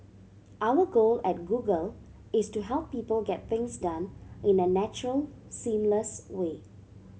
our goal at Google is to help people get things done in a natural seamless way